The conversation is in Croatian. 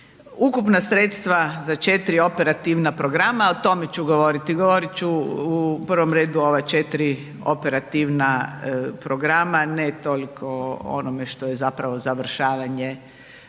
Ukupna sredstva za četiri operativna programa, o tome ću govoriti, govoriti ću u prvom redu o ova četiri operativna programa, ne toliko o onome što je zapravo završavanje